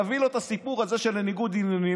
תביא לו את הסיפור הזה של ניגוד עניינים,